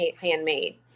handmade